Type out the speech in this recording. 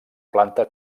planta